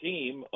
Team